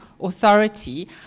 authority